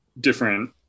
different